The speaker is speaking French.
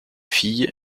fille